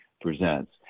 Presents